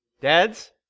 Dads